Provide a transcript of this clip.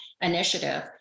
initiative